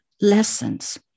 lessons